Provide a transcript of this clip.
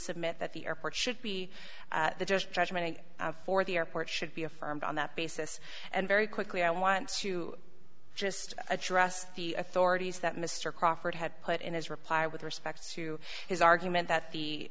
submit that the airport should be just judgment for the airport should be affirmed on that basis and very quickly i want to just address the authorities that mr crawford had put in his reply with respect to his argument that the